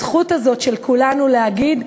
הזכות הזאת, של כולנו, להגיד: